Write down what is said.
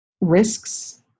risks